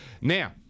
Now